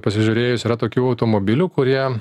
pasižiūrėjus yra tokių automobilių kurie